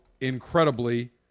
incredibly